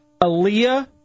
Aaliyah